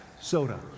soda